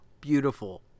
beautiful